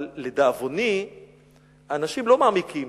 אבל לדאבוני אנשים לא מעמיקים,